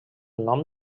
nom